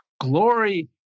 glory